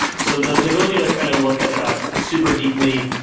so the the ability to kind of look at that super deeply,